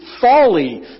folly